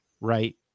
right